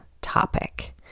topic